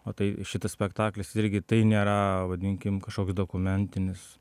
o tai šitas spektaklis irgi tai nėra vadinkim kažkoks dokumentinis